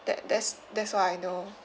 that that's that's what I know